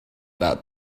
that